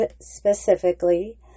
specifically